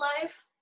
life